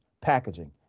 packaging